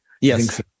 Yes